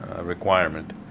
requirement